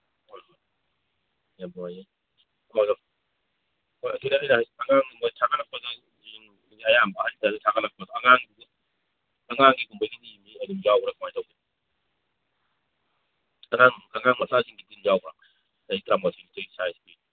ꯍꯣꯏ ꯌꯥꯝ ꯅꯨꯡꯉꯥꯏꯖꯩ ꯍꯣꯏ ꯍꯣꯏ ꯍꯣꯏ ꯑꯉꯥꯡ ꯑꯉꯥꯡꯒꯤꯒꯨꯝꯕꯒꯤꯗꯤ ꯑꯗꯨꯝ ꯌꯥꯎꯕ꯭ꯔꯥ ꯀꯃꯥꯏꯅ ꯇꯧꯕ ꯑꯉꯥꯡ ꯑꯉꯥꯡ ꯃꯆꯥꯁꯤꯡꯒꯤꯗꯤ ꯑꯗꯨꯝ ꯌꯥꯎꯕ꯭ꯔꯥ ꯆꯍꯤ ꯇꯔꯥ ꯃꯥꯊꯣꯏ ꯅꯤꯊꯣꯏ ꯁꯥꯏꯖꯀꯤ